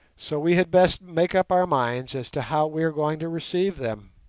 so we had best make up our minds as to how we are going to receive them